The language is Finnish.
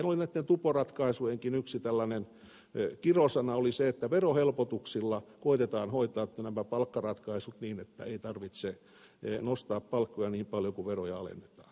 yksi näitten tuporatkaisujenkin kirosana oli se että verohelpotuksilla koetetaan hoitaa nämä palkkaratkaisut niin että ei tarvitse nostaa palkkoja niin paljon kuin veroja alennetaan